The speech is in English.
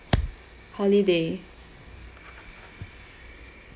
holiday